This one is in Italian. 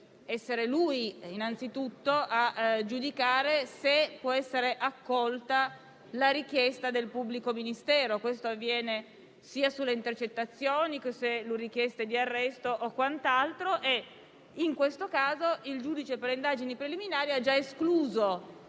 essere lui innanzitutto a giudicare se possa essere accolta la richiesta del pubblico ministero. Questo avviene per le intercettazioni, le richieste di arresto e quant'altro; nel caso in esame il giudice per le indagini preliminari ha già escluso